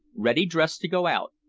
ready dressed to go out,